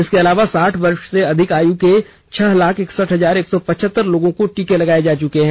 इसके अलावा साठ वर्ष से अधिक आयु के छह लाख इकसठ हजार एक सौ पचहतर लोगों को टीके लगाए जा चुके हैं